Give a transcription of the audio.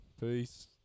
Peace